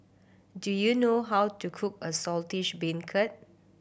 do you know how to cook a Saltish Beancurd